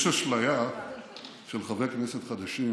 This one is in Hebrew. יש אשליה של חברי כנסת חדשים